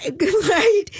right